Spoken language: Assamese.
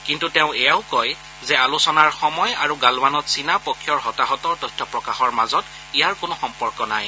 কিন্তু তেওঁ এয়াও কয় যে আলোচনাৰ সময় আৰু গালৱানত চীনা পক্ষৰ হতাহতৰ তথ্য প্ৰকাশৰ মাজত ইয়াৰ কোনো সম্পৰ্ক নাই